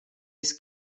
his